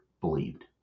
believed